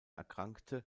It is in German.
erkrankte